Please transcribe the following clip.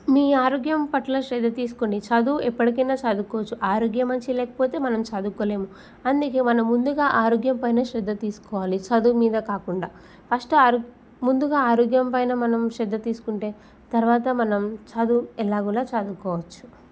మీ ఆరోగ్యం పట్ల చర్య తీసుకోండి చదువు ఎప్పటికైనా చదువుకోవచ్చు ఆరోగ్యం మంచిగా లేకపోతే మనం చదువుకోలేం అందుకే మనం ముందుగా ఆరోగ్యం పైన శ్రద్ధ తీసుకోవాలి చదువు మీద కాకుండా ఫస్ట్ ఆరోగ్య ముందుగా ఆరోగ్యం పైన మనం శ్రద్ధ తీసుకుంటే తర్వాత మనం చదువు ఎలాగోలా చదువుకోవచ్చు